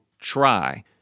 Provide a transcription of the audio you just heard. try